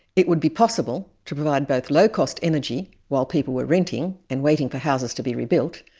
it would be possible to provide both low-cost energy while people were renting and waiting for houses to be rebuilt,